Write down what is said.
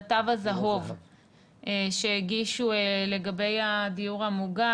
הזהוב שהגישו לגבי הדיור המוגן,